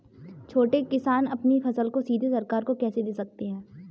छोटे किसान अपनी फसल को सीधे सरकार को कैसे दे सकते हैं?